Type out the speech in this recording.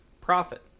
profit